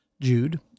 Jude